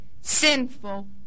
sinful